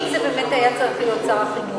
כי אם זה באמת היה צריך להיות שר החינוך,